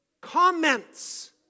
comments